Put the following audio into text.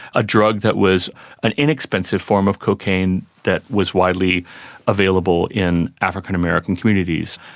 a drug that was an inexpensive form of cocaine that was widely available in african american communities.